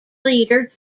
leader